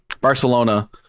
Barcelona